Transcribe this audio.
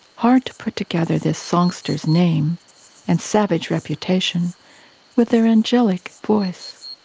hard to put together this songster's name and savage reputation with their angelic voice.